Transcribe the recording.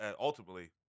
ultimately